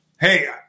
hey